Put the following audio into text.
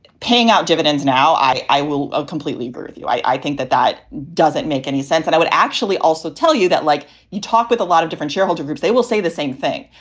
paying out dividends. now i i will completely birth you. i i think that that doesn't make any sense. i would actually also tell you that, like you talk with a lot of different shareholder groups, they will say the same thing,